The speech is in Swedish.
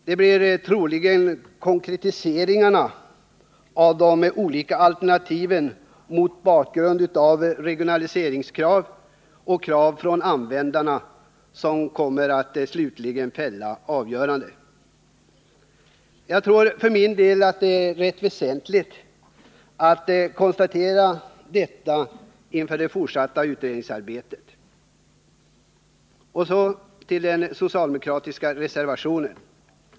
Det blir troligen konkretiseringarna av de olika alternativen mot bakgrund av regionaliseringskrav och krav från användarna som slutligen fäller avgörandet. Jag tror för min del att det är väsentligt att konstatera detta inför det fortsatta utredningsarbetet. Så till den socialdemokratiska reservationen.